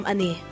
Ani